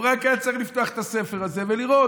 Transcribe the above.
הוא רק היה צריך לפתוח את הספר הזה ולראות.